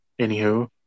Anywho